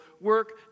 work